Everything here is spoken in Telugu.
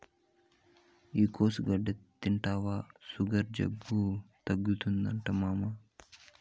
ఈ కోసుగడ్డ తింటివా సుగర్ జబ్బు తగ్గుతాదట మామా